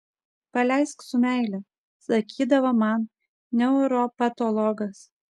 paleisk su meile sakydavo man neuropatologas